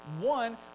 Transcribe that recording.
one